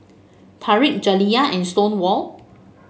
Tarik Jaliyah and Stonewall